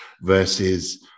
versus